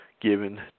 given